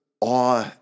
awe